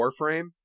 Warframe